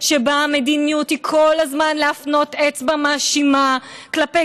שבו המדיניות היא כל הזמן להפנות אצבע מאשימה כלפי